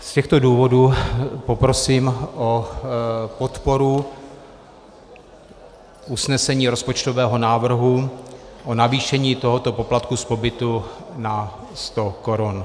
Z těchto důvodů poprosím o podporu usnesení rozpočtového návrhu o navýšení tohoto poplatku z pobytu na 100 korun.